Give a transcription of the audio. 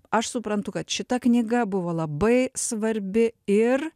aš suprantu kad šita knyga buvo labai svarbi ir